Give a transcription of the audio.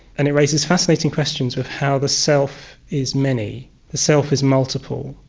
and it raises fascinating questions of how the self is many, the self is multiple,